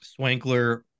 swankler